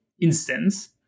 instance